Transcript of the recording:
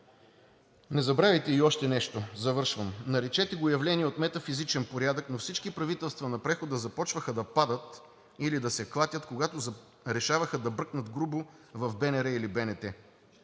Не забравяйте и още нещо. Завършвам. Наречете го явление от метафизичен порядък, но всички правителства на прехода започваха да падат или да се клатят, когато решаваха да бръкнат грубо в БНР или БНТ.